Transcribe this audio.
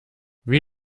wie